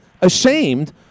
ashamed